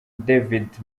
david